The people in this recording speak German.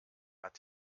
hat